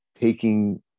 taking